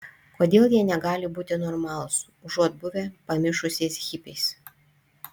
kodėl jie negali būti normalūs užuot buvę pamišusiais hipiais